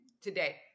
today